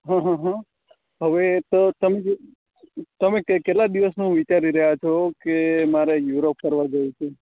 હું હું હમ હવે તો તમ તમે કેટલા દિવસનું વિચારી રહ્યા છો એ મારે યુરોપ ફરવા જવું છે